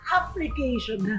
application